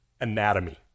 Anatomy